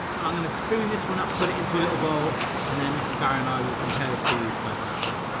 i'm gonna spoon this one up, put it into a little bowl. and then mrs. barry and i will compare to side by side.